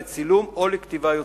לצילום ולכתיבה יוצרת.